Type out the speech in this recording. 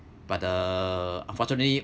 but uh unfortunately